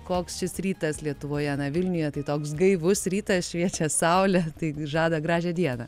koks šis rytas lietuvoje na vilniuje tai toks gaivus rytas šviečia saulė tai žada gražią dieną